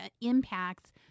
impacts